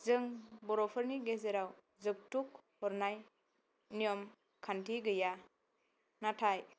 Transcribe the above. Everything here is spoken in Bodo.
जों बर'फोरनि गेजेराव जोगथुख हरनाय नियम खानथि गैया नाथाय